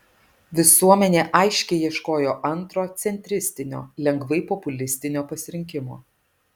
visuomenė aiškiai ieškojo antro centristinio lengvai populistinio pasirinkimo